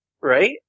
right